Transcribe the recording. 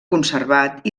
conservat